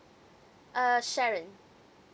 uh sharon